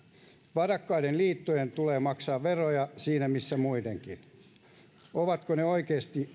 varakkaiden liittojen tulee maksaa veroja siinä missä muidenkin ovatko ne oikeasti